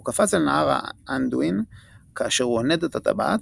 הוא קפץ אל נהר האנדוין כאשר הוא עונד את הטבעת,